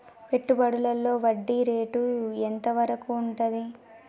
పెట్టుబడులలో వడ్డీ రేటు ఎంత వరకు ఉంటది?